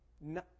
No